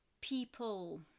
people